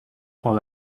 all